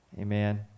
Amen